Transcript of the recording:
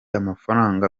amafaranga